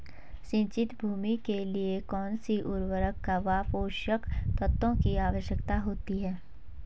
सिंचित भूमि के लिए कौन सी उर्वरक व पोषक तत्वों की आवश्यकता होती है?